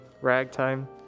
ragtime